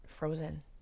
Frozen